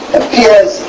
appears